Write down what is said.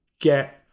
get